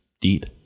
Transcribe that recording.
deep